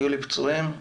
היו לי פצועים והרוגים.